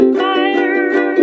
fire